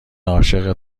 عاشق